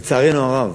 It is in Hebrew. לצערנו הרב,